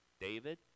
David